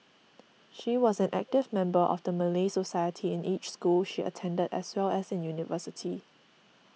she was an active member of the Malay Society in each school she attended as well as in university